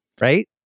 right